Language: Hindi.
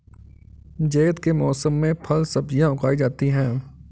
ज़ैद के मौसम में फल सब्ज़ियाँ उगाई जाती हैं